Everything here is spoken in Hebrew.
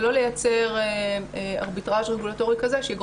ולא לייצר ארביטראז' רגולטורי כזה שיגרום